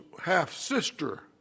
half-sister